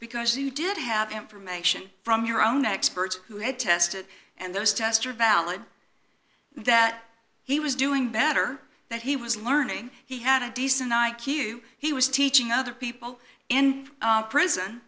because you did have information from your own experts who had tested and those tests are valid that he was doing better that he was learning he had a decent i q he was teaching other people in prison